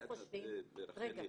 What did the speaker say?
רחלי,